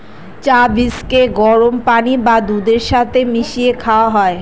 চা বীজকে গরম পানি বা দুধের সাথে মিশিয়ে খাওয়া হয়